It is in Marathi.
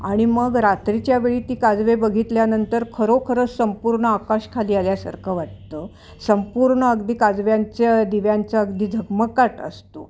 आणि मग रात्रीच्या वेळी ती काजवे बघितल्यानंतर खरोखरच संपूर्ण आकाश खाली आल्यासारखं वाटतं संपूर्ण अगदी काजव्यांच्या दिव्यांचा अगदी झगमगाट असतो